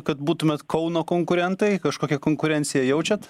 kad būtumėt kauno konkurentai kažkokią konkurenciją jaučiat